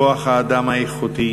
כוח האדם האיכותי,